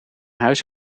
huis